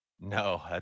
no